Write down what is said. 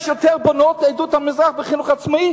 יש יותר בנות מעדות המזרח בחינוך העצמאי